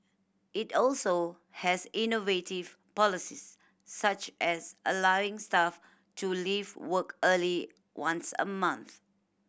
it also has innovative policies such as allowing staff to leave work early once a month